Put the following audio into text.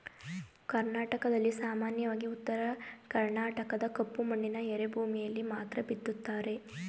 ಕರ್ನಾಟಕದಲ್ಲಿ ಸಾಮಾನ್ಯವಾಗಿ ಉತ್ತರ ಕರ್ಣಾಟಕದ ಕಪ್ಪು ಮಣ್ಣಿನ ಎರೆಭೂಮಿಯಲ್ಲಿ ಮಾತ್ರ ಬಿತ್ತುತ್ತಾರೆ